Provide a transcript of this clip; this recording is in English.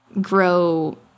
grow